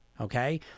okay